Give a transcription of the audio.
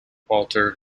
walter